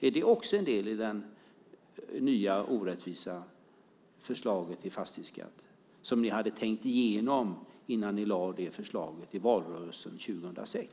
Är det också en del i det nya och orättvisa förslaget till fastighetsskatt som ni hade tänkt igenom innan ni lade fram det förslaget i valrörelsen 2006?